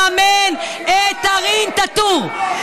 שואלת אותך: האם אני צריכה לממן את דארין טאטור?